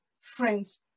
Friends